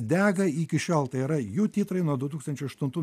dega iki šiol tai yra jų titrai nuo du tūkstančiai aštuntų